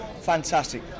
Fantastic